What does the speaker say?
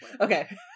Okay